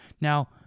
Now